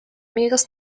meeres